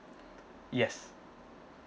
yes